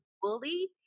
fully